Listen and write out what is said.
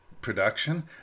production